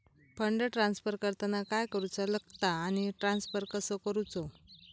Fund transfer करताना काय करुचा लगता आनी ट्रान्स्फर कसो करूचो?